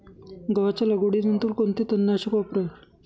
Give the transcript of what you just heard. गव्हाच्या लागवडीनंतर कोणते तणनाशक वापरावे?